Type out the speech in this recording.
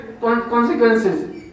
consequences